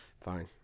Fine